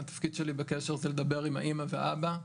התפקיד שלי בקשר זה לדבר עם האמא ועם האבא,